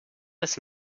des